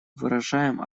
выражаем